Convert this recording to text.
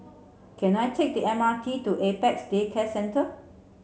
can I take the M R T to Apex Day Care Centre